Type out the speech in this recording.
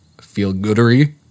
feel-goodery